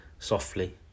Softly